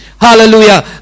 Hallelujah